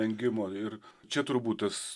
engimo ir čia turbūt tas